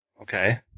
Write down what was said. Okay